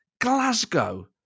Glasgow